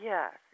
Yes